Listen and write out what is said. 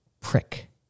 prick